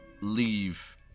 leave